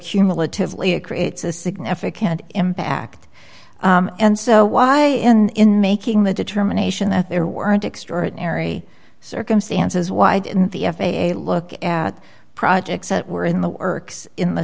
cumulatively it creates a significant impact and so why in making the determination that there weren't extraordinary circumstances why didn't the f a a look at projects that were in the erks in the